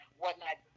whatnot